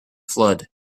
flood